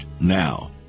now